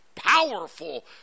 Powerful